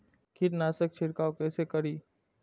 कीट नाशक छीरकाउ केसे करी?